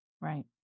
Right